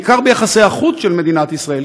בעיקר ביחסי החוץ של מדינת ישראל,